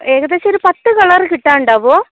ഏകദേശം ഒരു പത്ത് കളറ് കിട്ടാനുണ്ടാവുമോ